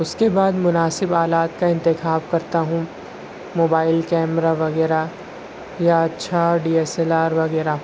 اس کے بعد مناسب آلات کا انتخاب کرتا ہوں موبائل کیمرا وغیرہ یا اچھا ڈی ایس ایل آر وغیرہ